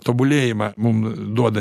tobulėjimą mum duoda